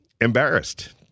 embarrassed